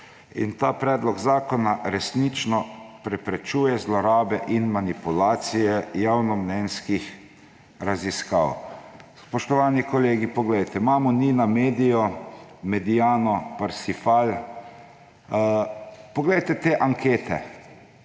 Ta predlog zakona resnično preprečuje zlorabe in manipulacije javnomnenjskih raziskav. Spoštovani kolegi, poglejte, imamo Ninamedio, Mediano, Parsifal. Poglejte te ankete.